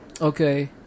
Okay